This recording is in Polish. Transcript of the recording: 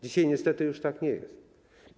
Dzisiaj niestety już tak nie jest.